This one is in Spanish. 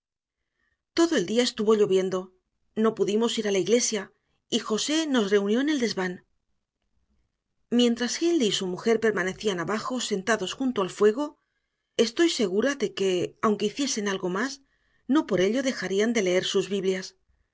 todo el día estuvo lloviendo no pudimos ir a la iglesia y josé nos reunió en el desván mientras hindley y su mujer permanecían abajo sentados junto al fuego estoy segura de que aunque hiciesen algo más no por ello dejarían de leer sus biblias